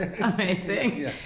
amazing